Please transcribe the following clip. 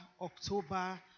October